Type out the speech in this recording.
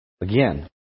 Again